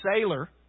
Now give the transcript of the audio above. sailor